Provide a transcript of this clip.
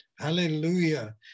hallelujah